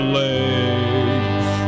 legs